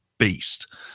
beast